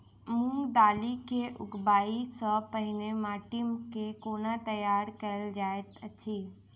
मूंग दालि केँ उगबाई सँ पहिने माटि केँ कोना तैयार कैल जाइत अछि?